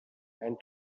and